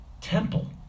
temple